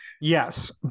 Yes